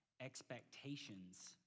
expectations